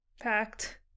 packed